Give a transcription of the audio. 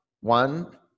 One